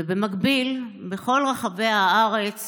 ובמקביל, בכל רחבי הארץ